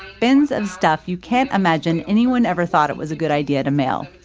bins of stuff you can't imagine anyone ever thought it was a good idea to mail.